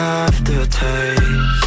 aftertaste